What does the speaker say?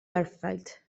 airfield